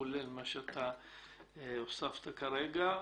כולל מה שהוספת כרגע,